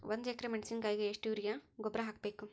ಒಂದು ಎಕ್ರೆ ಮೆಣಸಿನಕಾಯಿಗೆ ಎಷ್ಟು ಯೂರಿಯಾ ಗೊಬ್ಬರ ಹಾಕ್ಬೇಕು?